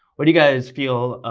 what do you guys feel?